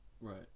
Right